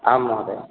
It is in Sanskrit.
आं महोदय